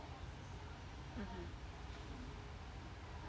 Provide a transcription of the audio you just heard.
mmhmm